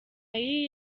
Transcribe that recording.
y’iyi